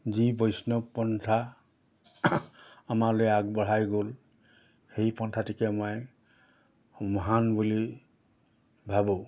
যি বৈষ্ণৱ পন্থা আমালৈ আগবঢ়াই গ'ল সেই পন্থাটোকে মই মহান বুলি ভাবোঁ